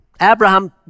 Abraham